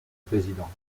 président